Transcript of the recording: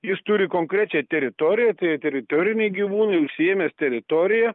jis turi konkrečią teritoriją tai teritoriniai gyvūnai užsiėmęs teritoriją